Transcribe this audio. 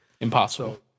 Impossible